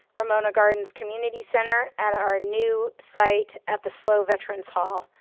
ramona gardens community center at our new site at the slo veterans hall.